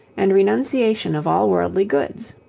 and renunciation of all worldly goods.